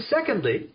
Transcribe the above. Secondly